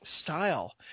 style